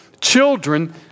children